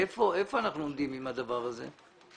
איפה אנחנו עומדים עם הדבר הזה?